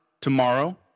tomorrow